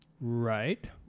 right